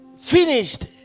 Finished